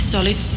Solid